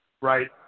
right